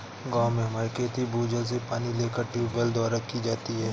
गांव में हमारी खेती भूजल से पानी लेकर ट्यूबवेल द्वारा की जाती है